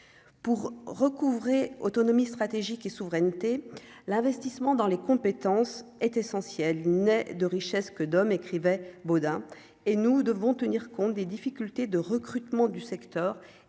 pour recouvrer autonomie stratégique et souveraineté, l'investissement dans les compétences est essentiel n'est de richesse que d'hommes, écrivait Bodin et nous devons tenir compte des difficultés de recrutement du secteur